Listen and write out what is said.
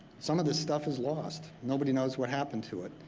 some of this stuff is lost. nobody knows what happened to it.